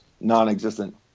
non-existent